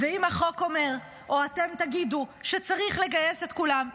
ואם החוק אומר או אתם תגידו שצריך לגייס את כולם,